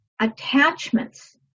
attachments